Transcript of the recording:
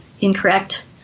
incorrect